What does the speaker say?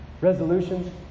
resolutions